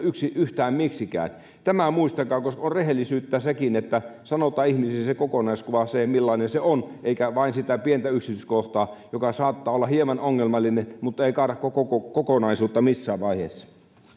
yhtään miksikään tämä muistakaa koska on rehellisyyttä sekin että sanotaan ihmisille se kokonaiskuva millainen se on eikä vain sitä pientä yksityiskohtaa joka saattaa olla hieman ongelmallinen mutta ei kaada koko kokonaisuutta missään vaiheessa